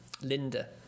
Linda